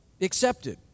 accepted